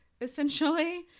essentially